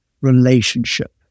relationship